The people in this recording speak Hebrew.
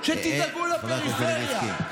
שתדאגו לפריפריה,